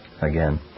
Again